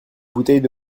bouteille